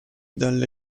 dalle